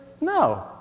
No